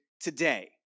today